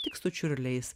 tik su čiurliais